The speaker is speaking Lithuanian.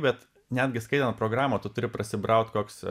bet netgi skaitant programą turi tu prasibraut koks